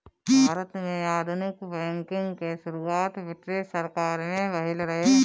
भारत में आधुनिक बैंकिंग के शुरुआत ब्रिटिस सरकार में भइल रहे